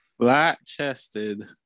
flat-chested